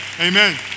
Amen